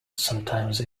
sometimes